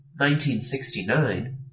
1969